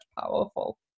powerful